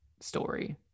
story